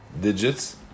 digits